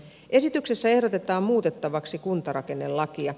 esityksessä ehdotetaan muutettavaksi kuntarakennelakia